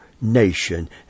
nation